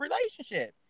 relationship